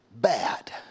bad